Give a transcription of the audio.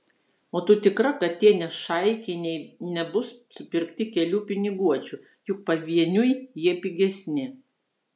o tu tikra kad tie nešaikiniai nebus supirkti kelių piniguočių juk pavieniui jie pigesni